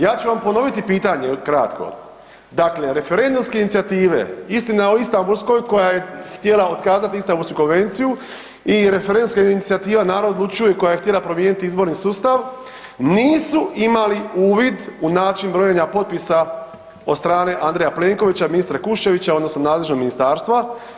Ja ću vam ponoviti pitanje ukratko, dakle referendumske inicijative „Istina o istambulskoj“ koja je htjela otkazat Istambulsku konvenciju i referendumska inicijativa „Narod odlučuje“ koja je htjela promijeniti izborni sustav nisu imali uvid u način brojenja potpisa od strane Andreja Plenkovića, ministra Kuščevića odnosno nadležnog ministarstva.